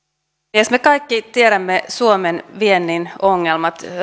puhemies me kaikki tiedämme suomen viennin ongelmat